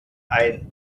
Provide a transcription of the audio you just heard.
ein